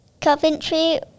Coventry